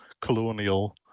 colonial